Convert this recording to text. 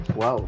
wow